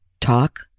talk